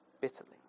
bitterly